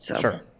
Sure